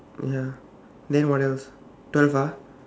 ya then what else twelve ah